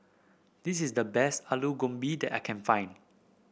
this is the best Alu Gobi that I can find